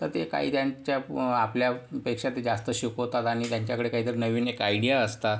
तर ते काय ज्यांच्या आपल्यापेक्षा ते जास्त शिकवतात आणि त्यांच्याकडे काहीतरी नवीन एक आयडिया असतात